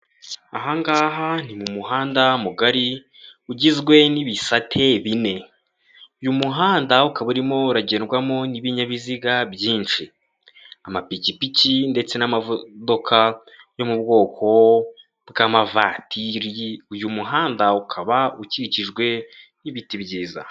Aha ngaha ni mu muhanda mugari ugizwe n'ibisate bine, uyu muhanda ukaba urimo uragendwamo n'ibinyabiziga byinshi, amapikipiki ndetse n'amamodoka yo mu bwoko bw'amavatiri, uyu muhanda ukaba ukikijwe n'ibiti byiza.